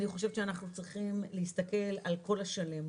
שאנחנו צריכים להסתכל על כל השנים,